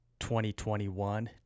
2021